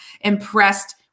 impressed